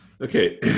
Okay